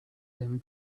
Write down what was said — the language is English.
him